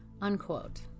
unquote